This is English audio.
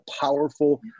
powerful